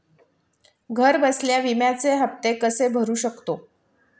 घरबसल्या विम्याचे हफ्ते कसे भरू शकतो?